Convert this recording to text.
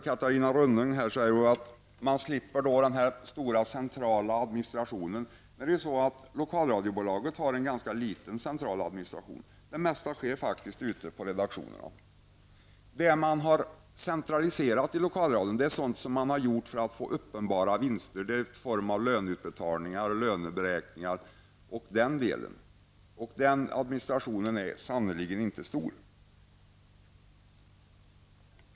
Catarina Rönnung sade att man slipper den stora centrala administrationen. Men Lokalradiobolaget har en ganska liten central administration. Det mesta sker faktiskt ute på redaktionerna. Det man i Lokalradion centraliserat är sådant som gett uppenbara vinster -- det är löneutbetalningar, löneberäkningar osv. Den administrationen är sannerligen inte stor.